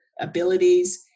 abilities